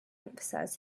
emphasized